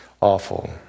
awful